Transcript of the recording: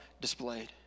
displayed